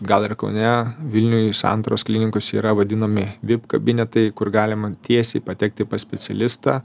gal ir kaune vilniuj santaros klinikose yra vadinami vip kabinetai kur galima tiesiai patekti pas specialistą